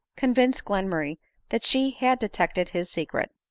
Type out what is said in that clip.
convinced glenmurray that she had detected his secret.